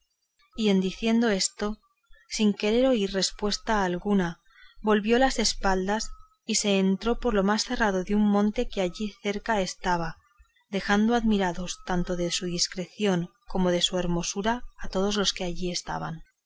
y en diciendo esto sin querer oír respuesta alguna volvió las espaldas y se entró por lo más cerrado de un monte que allí cerca estaba dejando admirados tanto de su discreción como de su hermosura a todos los que allí estaban